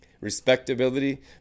Respectability